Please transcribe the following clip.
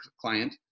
client